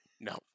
No